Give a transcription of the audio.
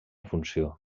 funció